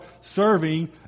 serving